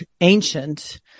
ancient